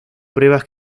pruebas